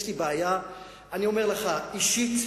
יש לי בעיה, אני אומר לך, אישית,